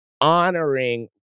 honoring